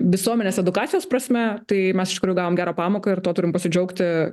visuomenės edukacijos prasme tai mes iš tikrųjų gavom gerą pamoką ir tuo turim pasidžiaugti